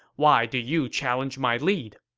why do you challenge my lead?